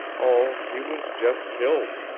oh, he was just killed,